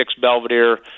Belvedere